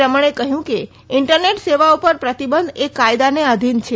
રમણે કહ્યુ કે ઈન્ટરનેટ સેવાઓ પર પ્રતિબંધ એ કાયદાને આધીન છે